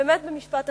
באמת במשפט אחד,